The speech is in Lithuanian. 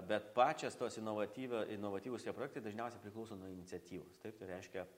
bet pačios tos inovatyvio inovatyvūs tie projektai dažniausiai priklauso nuo iniciatyvos taip tai reiškia